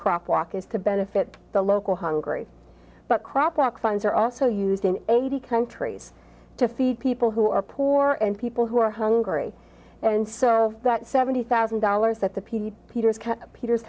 crop walk is to benefit the local hungry but crap lack funds are also used in eighty countries to feed people who are poor and people who are hungry and so that seventy thousand dollars that the pete peters peter